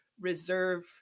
reserve